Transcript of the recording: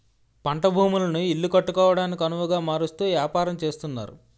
పంట భూములను ఇల్లు కట్టుకోవడానికొనవుగా మారుస్తూ వ్యాపారం చేస్తున్నారు